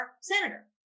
senator